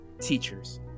teachers